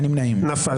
הצבעה לא אושרה נפל.